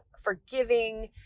forgiving